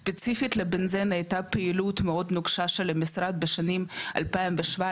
ספציפית לבנזן הייתה פעילות מאוד נוקשה של המשרד בשנים 2017